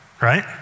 right